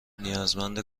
نیازمند